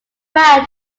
prior